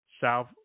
South